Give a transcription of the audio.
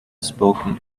spoken